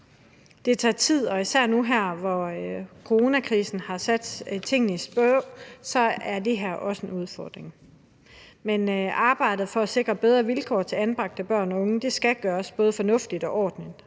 Det tager tid, og især nu her, hvor coronakrisen har sat tingene i stå, er det her også en udfordring. Men arbejdet for at sikre bedre vilkår til anbragte børn og unge skal gøres både fornuftigt og ordentligt,